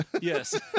Yes